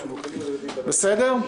בסדר?